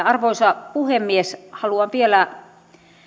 arvoisa puhemies haluan vielä